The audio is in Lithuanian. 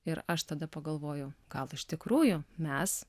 ir aš tada pagalvojau gal iš tikrųjų mes